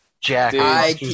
Jack